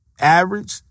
average